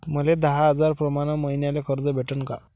मले दहा हजार प्रमाण मईन्याले कर्ज भेटन का?